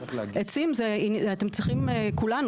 עצים אתם צריכים כולנו,